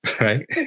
Right